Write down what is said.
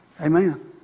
Amen